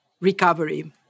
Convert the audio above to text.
recovery